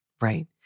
right